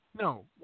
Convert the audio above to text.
No